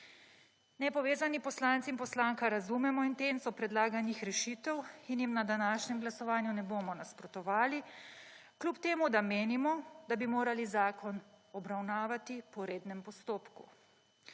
Nepovezani poslanci in poslanka razumemo intenco predlaganih rešitev in jim na današnjem glasovanju ne bomo nasprotovali, kljub temu, da menimo, da bi morali zakon obravnavati po rednem postopku.